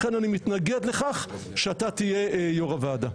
לכן אני מתנגד לכך שאתה תהיה יושב ראש הוועדה.